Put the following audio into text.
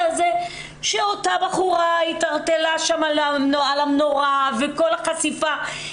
הזה כשאותה בחורה התערטלה על המנורה וכל החשיפה שהייתה.